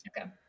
Okay